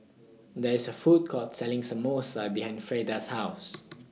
There IS A Food Court Selling Samosa behind Freda's House